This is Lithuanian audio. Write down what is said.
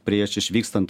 prieš išvykstant